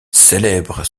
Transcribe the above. célèbres